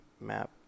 Map